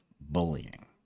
bullying